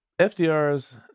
FDR's